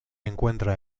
encuentra